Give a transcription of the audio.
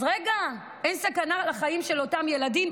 אז רגע, אין סכנה לחיים של אותם ילדים?